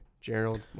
Gerald